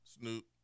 Snoop